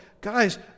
guys